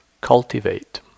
cultivate